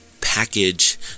package